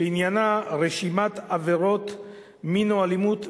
שעניינה רשימת עבירות מין או אלימות,